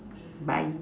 bye